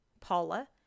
Paula